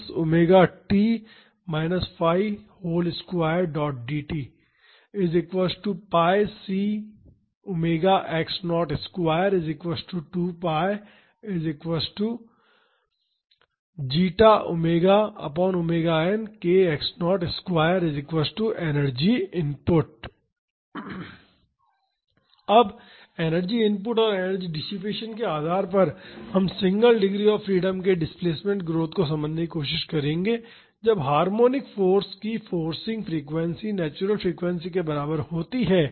𝜉 Energy input अब energy input और energy dissipation के आधार पर हम सिंगल डिग्री ऑफ़ फ्रीडम के डिस्प्लेसमेंट ग्रोथ को समझने की कोशिश करेंगे जब हार्मोनिक फाॅर्स की फोर्सिंग फ्रीक्वेंसी नेचुरल फ्रीक्वेंसी के बराबर होती है